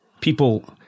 people